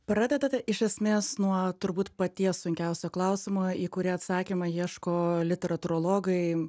pradedate iš esmės nuo turbūt paties sunkiausio klausimo į kurį atsakymo ieško literatūrologai